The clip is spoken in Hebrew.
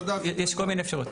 יש כל מיני אפשרויות.